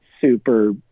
super